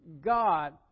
God